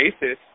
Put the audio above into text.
basis